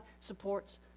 supports